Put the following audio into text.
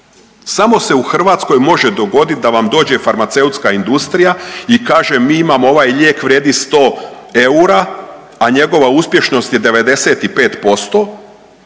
Samo se u Hrvatskoj može dogoditi da vam dođe farmaceutska industrija i kaže, mi imamo ovaj lijek, vrijedi 100 eura, a njegova uspješnost je 95%